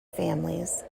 families